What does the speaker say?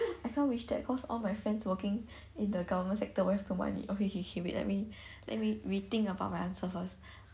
I can't wish that cause all my friends working in the government sector will have no money okay okay wait let me let me rethink about my answer first